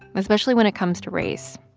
especially when it comes to race.